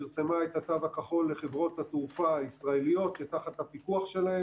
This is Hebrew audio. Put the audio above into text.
פרסמה את התו הכחול לחברות התעופה הישראליות שתחת הפיקוח שלה,